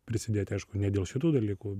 prisidėti aišku ne dėl šitų dalykų